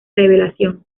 revelación